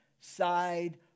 side